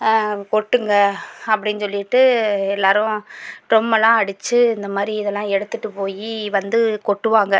கொட்டுங்க அப்படின்னு சொல்லிட்டு எல்லோரும் டிரம்மலாம் அடித்து இந்த மாதிரி இதெல்லாம் எடுத்துட்டு போய் வந்து கொட்டுவாங்க